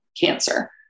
cancer